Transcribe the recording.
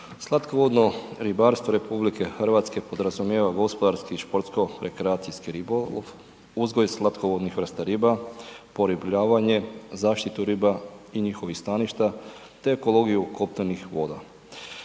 Slatkovodno ribarstvo RH podrazumijeva gospodarski i športsko rekreacijski ribolov, uzgoj slatkovodnih vrsta riba, poribljavanje, zaštitu riba i njihovih staništa te ekologiju kopnenih voda.